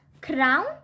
crown